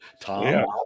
Tom